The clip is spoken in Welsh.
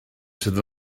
sydd